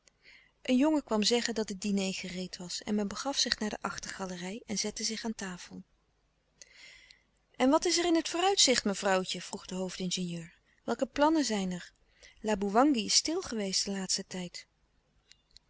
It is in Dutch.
een jongen kwam zeggen dat het diner gereed was en men begaf zich naar de achtergalerij en zette zich aan tafel en wat is er in het vooruitzicht mevrouwtje vroeg de hoofdingenieur welke plannen zijn er laboewangi is stil geweest den laatsten tijd